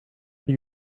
what